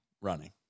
running